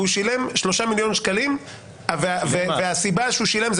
והוא שילם שלושה מיליון שקלים והסיבה שהוא שילם זה